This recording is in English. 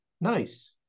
Nice